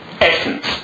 essence